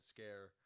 Scare